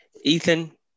Ethan